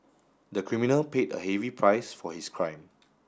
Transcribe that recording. the criminal paid a heavy price for his crime